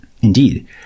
Indeed